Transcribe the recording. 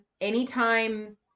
Anytime